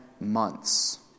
months